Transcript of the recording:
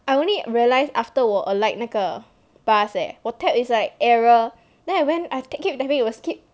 I only realised after 我 alight 那个 bus eh 我 tap is like error then I went I keep tapping it will keep